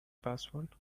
password